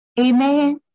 Amen